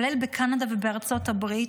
כולל בקנדה ובארצות הברית,